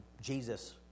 Jesus